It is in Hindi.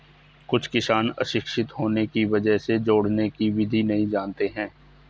कुछ किसान अशिक्षित होने की वजह से जोड़ने की विधि नहीं जानते हैं